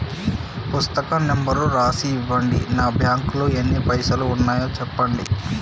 పుస్తకం నెంబరు రాసి ఇవ్వండి? నా బ్యాంకు లో ఎన్ని పైసలు ఉన్నాయో చెప్పండి?